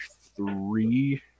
three